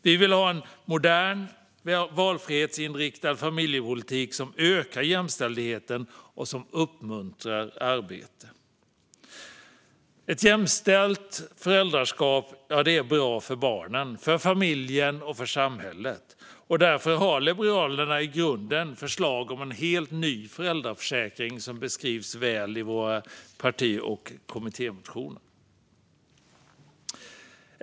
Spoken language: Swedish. Vi vill ha en modern, valfrihetsinriktad familjepolitik som ökar jämställdheten och uppmuntrar till arbete. Ett jämställt föräldraskap är bra för barnen, familjen och samhället. Därför har Liberalerna förslag om en i grunden helt ny föräldraförsäkring, som beskrivs väl i våra parti och kommittémotioner. Herr talman!